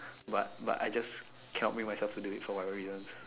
but but I just can't make myself to do it for my reason